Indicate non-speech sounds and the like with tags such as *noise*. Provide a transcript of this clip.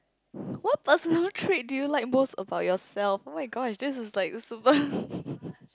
(ppb_ what personal trait do you like most about yourself oh-my-gosh this is like super *laughs*